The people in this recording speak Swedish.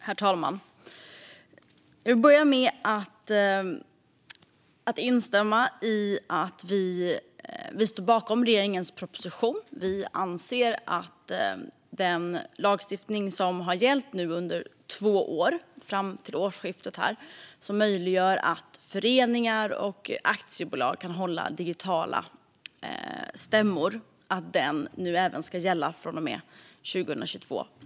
Återinförande av tillfälliga åtgärder för att underlätta genomförandet av bolags och före-ningsstämmor Herr talman! Vi står bakom regeringens proposition. Vi anser att den lagstiftning som nu har gällt under två år fram till årsskiftet, och som möjliggör att föreningar och aktiebolag kan hålla digitala stämmor, även ska gälla under 2022.